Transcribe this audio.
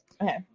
okay